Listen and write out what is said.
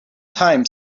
time